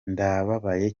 ndababaye